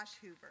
Hoover